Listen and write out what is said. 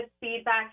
feedback